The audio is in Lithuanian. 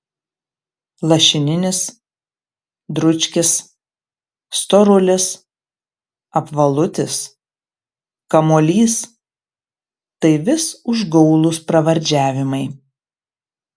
lašininis dručkis storulis apvalutis kamuolys tai vis užgaulūs pravardžiavimai